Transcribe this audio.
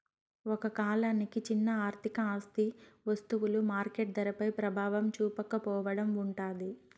ఒక కాలానికి చిన్న ఆర్థిక ఆస్తి వస్తువులు మార్కెట్ ధరపై ప్రభావం చూపకపోవడం ఉంటాది